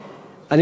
תודה,